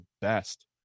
best